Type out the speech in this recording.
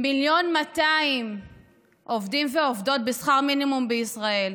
מיליון ו-200,000 עובדים ועובדות בשכר מינימום בישראל,